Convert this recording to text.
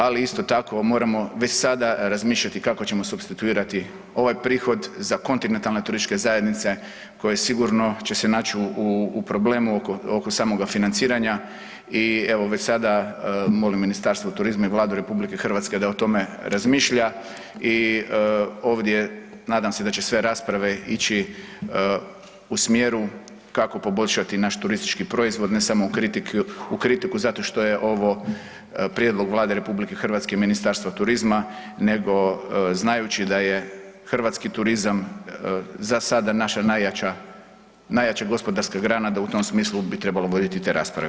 Ali isto tako moramo već sada razmišljati kako ćemo supstituirati ovaj prihod za kontinentalne TZ koje sigurno će se naći u problemu oko samoga financiranja i evo već sada molim Ministarstvo turizma i Vladu RH da o tome razmišlja i ovdje nadam se da će sve rasprave ići u smjeru kako poboljšati naš turistički proizvod ne samo u kritiku zato što je ovo prijedlog Vlade RH i Ministarstva turizma nego znajući da je hrvatski turizam za sada naša najjača gospodarska grana da u tom smislu bi trebalo voditi te rasprave.